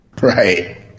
Right